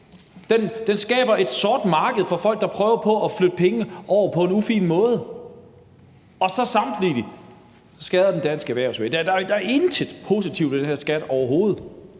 den skaber et sort marked for folk, der prøver på at flytte penge over på en ufin måde, og samtidig skader den dansk erhvervsliv. Der er intet positivt ved den her skat overhovedet.